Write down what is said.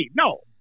No